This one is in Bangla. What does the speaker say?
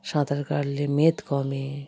সাঁতার কাটলে মেদ কমে